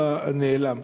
האבא נעלם.